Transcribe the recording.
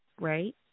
right